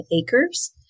acres